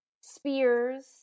spears